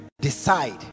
decide